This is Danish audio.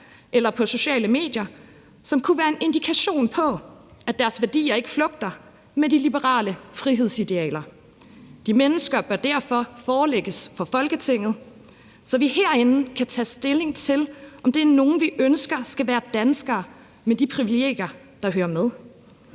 eller på sociale medier, som kunne være en indikation på, at deres værdier ikke flugter med de liberale frihedsidealer – det er mennesker, der derfor forelægges for Folketinget, så vi herinde kan tage stilling til, om det er nogen, vi ønsker skal være danskere med de privilegier, der hører med.